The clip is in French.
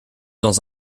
dans